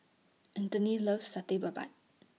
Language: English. Anthony loves Satay Babat